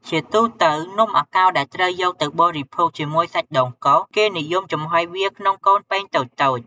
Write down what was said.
ជាទូទៅ នំអាកោរដែលត្រូវយកទៅបរិភោគជាមួយសាច់ដូងកោស គេនិយមចំហុយវាក្នុងកូនពែងតូចៗ។